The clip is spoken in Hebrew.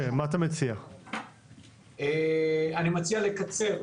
אני מציע לקצר.